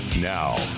Now